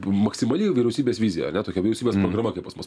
maksimali vyriausybės vizija ane tokia vyriausybės programa kaip pas mus